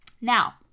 Now